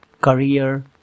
career